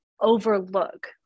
overlook